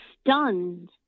stunned